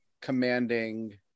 commanding